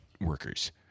workers